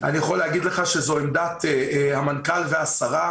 אני יכול להגיד לך שזו עמדת המנכ"ל והשרה